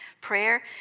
prayer